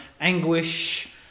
anguish